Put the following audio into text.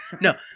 No